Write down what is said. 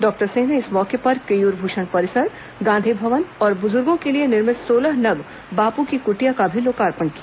doctor Singh ने इस मौके पर केयूर भूषण परिसर गांधी भवन और बुजुर्गो के लिए निर्मित सोलह नग बापू की कुटिया का भी लोकार्पण किया